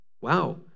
Wow